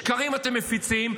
שקרים אתם מפיצים.